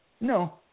No